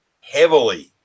heavily